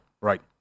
Right